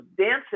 dancing